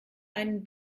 einen